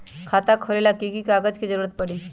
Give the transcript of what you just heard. खाता खोले ला कि कि कागजात के जरूरत परी?